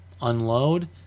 unload